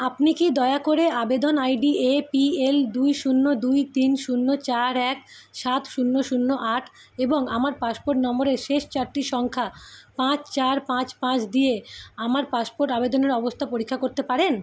আপনি কি দয়া করে আবেদন আইডি এপিএল দুই শূন্য দুই তিন শূন্য চার এক সাত শূন্য শূন্য আট এবং আমার পাসপোর্ট নম্বরের শেষ চারটি সংখ্যা পাঁচ চার পাঁচ পাঁচ দিয়ে আমার পাসপোর্ট আবেদনের অবস্থা পরীক্ষা করতে পারেন